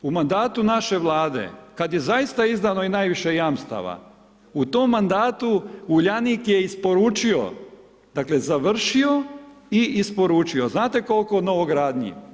U mandatu naše vlade, kada je zaista izdano i najviše jamstava u tom mandatu Uljanik je isporučio dakle, završio i isporučio, znate koliko novogradnji?